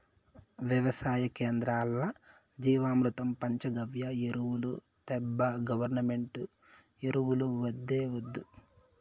వెవసాయ కేంద్రాల్ల జీవామృతం పంచగవ్య ఎరువులు తేబ్బా గవర్నమెంటు ఎరువులు వద్దే వద్దు